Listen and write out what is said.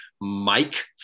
Mike